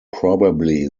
probably